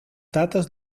datos